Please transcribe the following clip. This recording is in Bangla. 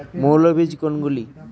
মৌল বীজ কোনগুলি?